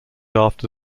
after